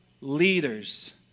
leaders